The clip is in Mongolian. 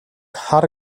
хар